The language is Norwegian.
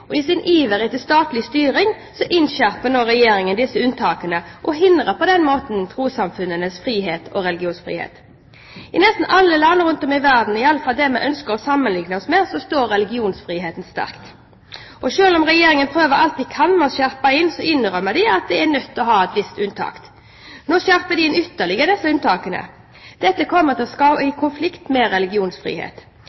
og i sin iver etter statlig styring innskjerper nå Regjeringen disse unntakene og hindrer på denne måten trossamfunnenes frihet og religionsfrihet. I nesten alle land rundt om i verden, i alle fall dem vi ønsker å sammenligne oss med, står religionsfriheten sterkt. Selv om Regjeringen prøver alt den kan å skjerpe den inn, innrømmer de at en er nødt til å ha visse unntak. Nå skjerper de ytterligere inn på disse unntakene. Dette kommer i